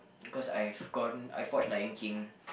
because I've gone I've watched Lion-King